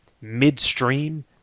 midstream